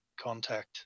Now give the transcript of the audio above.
contact